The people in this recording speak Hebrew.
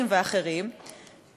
הנוסח שכנע אותן.